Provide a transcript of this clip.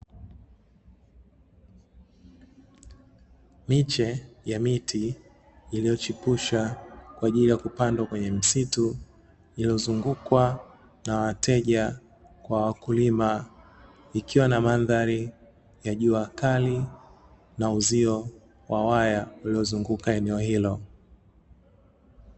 Miche ya miti iliyochipusha kwa ajili ya kupandwa kwenye misitu iliyozungukwa na wateja kwa wakulima, ikiwa na mandhari ya jua kali na uzio wa waya waliozunguka eneo hilo.